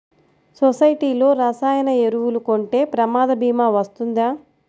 సొసైటీలో రసాయన ఎరువులు కొంటే ప్రమాద భీమా వస్తుందా?